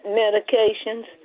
medications